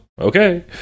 Okay